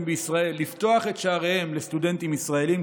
במדינת ישראל לפתוח את שעריהם לסטודנטים ישראלים,